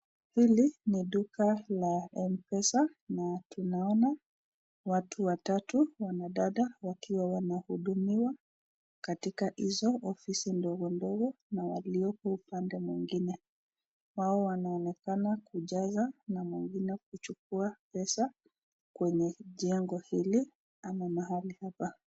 Hili ni duka la mpesa na tunaona watu watatu wanadada wakiwa wanahudumiwa katika hizo ofisi ndogo ndogo na walioko upande huu mwingine wao wanaonekana kujaza na mwingine kuchukua pesa kwenye jengo hili ama mahali hapa.